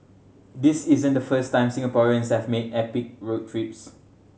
this isn't the first time Singaporeans have made epic road trips